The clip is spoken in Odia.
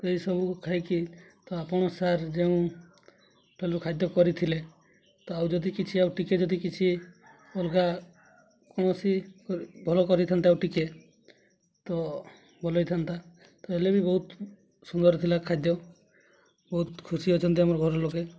ଏଇ ସବୁ ଖାଇକି ତ ଆପଣ ସାର୍ ଯେଉଁ ଖାଦ୍ୟ କରିଥିଲେ ତ ଆଉ ଯଦି କିଛି ଆଉ ଟିକେ ଯଦି କିଛି ଅଲଗା କୌଣସି ଭଲ କରିଥାନ୍ତେ ଆଉ ଟିକେ ତ ଭଲ ହେଇଥାନ୍ତା ତ ହେଲେ ବି ବହୁତ ସୁନ୍ଦର ଥିଲା ଖାଦ୍ୟ ବହୁତ ଖୁସି ଅଛନ୍ତି ଆମର ଘର ଲୋକେ